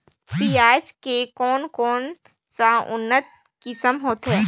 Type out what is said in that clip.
पियाज के कोन कोन सा उन्नत किसम होथे?